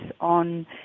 on